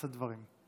לשאת דברים.